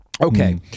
Okay